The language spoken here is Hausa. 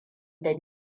da